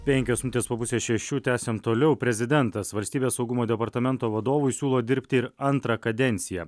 penkios minutės po pusės šešių tęsiam toliau prezidentas valstybės saugumo departamento vadovui siūlo dirbti ir antrą kadenciją